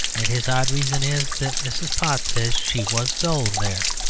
and his odd reason is that mrs. pott said she was dull there.